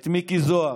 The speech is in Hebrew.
את מיקי זוהר.